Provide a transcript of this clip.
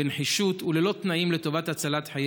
בנחישות וללא תנאים לטובת הצלת חיי